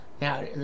Now